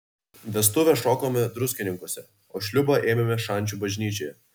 vestuves šokome druskininkuose o šliūbą ėmėme šančių bažnyčioje